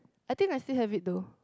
I think I still have it though